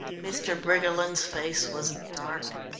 mr. briggerland's face was dark.